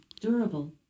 durable